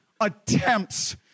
attempts